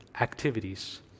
activities